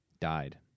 died